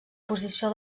posició